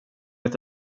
ett